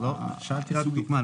ביקשתי רק דוגמה.